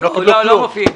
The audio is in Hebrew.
הם לא קיבלו כלום.